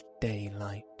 daylight